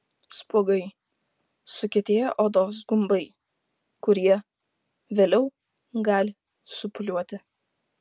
spuogai sukietėję odos gumbai kurie vėliau gali supūliuoti